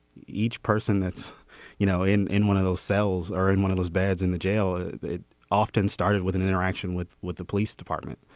each person that's you know in in one of those cells are in one of those beds in the jail. they often started with an interaction with what the police department.